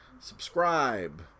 subscribe